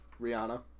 Rihanna